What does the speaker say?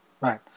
Right